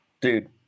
dude